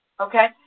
Okay